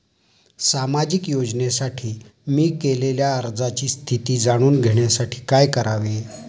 सामाजिक योजनेसाठी मी केलेल्या अर्जाची स्थिती जाणून घेण्यासाठी काय करावे?